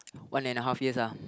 one and a half years lah